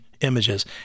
images